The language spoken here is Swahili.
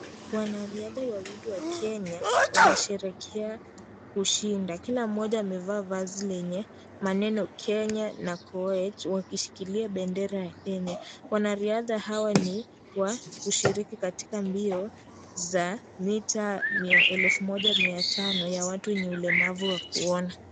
Wanariadha wawili wa Kenya wanasherehekea kushinda. Kila mmoja amevaa vazi lenye maneno Kenya na Koech wakishikilia bendera yenye. Wanariadha hawa ni wa kushiriki katika mbio za mitaa elfu moja mia tano ya watu wenye ulemavu wa kuona.